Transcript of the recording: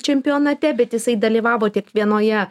čempionate bet jisai dalyvavo tik vienoje